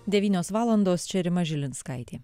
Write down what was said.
devynios valandos čia rima žilinskaitė